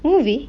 movie